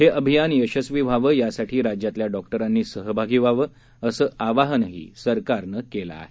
हे अभियान यशस्वी व्हावं यासाठी राज्यातल्या डॉक्टरांनी सहभागी व्हावं असं आवाहन सरकारनं केलं आहे